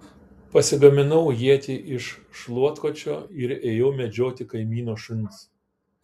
pasigaminau ietį iš šluotkočio ir ėjau medžioti kaimyno šuns